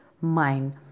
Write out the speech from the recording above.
mind